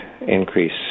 increase